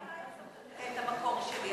אני לא אחשוף את המקור שלי,